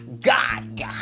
God